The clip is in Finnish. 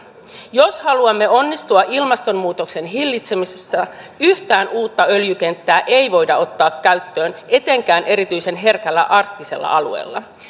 jos haluamme onnistua ilmastonmuutoksen hillitsemisessä yhtään uutta öljykenttää ei voida ottaa käyttöön etenkään erityisen herkällä arktisella alueella